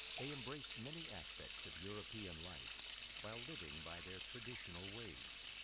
they embraced many aspects of european life while living by their traditional ways.